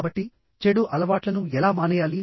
కాబట్టి చెడు అలవాట్లను ఎలా మానేయాలి